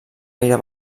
gaire